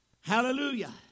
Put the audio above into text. Hallelujah